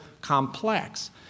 complex